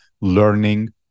learning